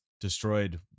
destroyed